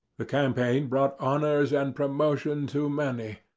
the campaign brought honours and promotion to many,